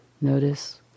Notice